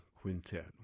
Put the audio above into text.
Quintet